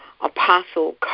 Apostle